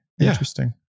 Interesting